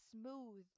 smooth